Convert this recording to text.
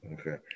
Okay